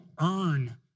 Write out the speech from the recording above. earn